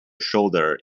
shoulder